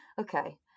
Okay